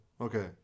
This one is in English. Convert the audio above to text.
Okay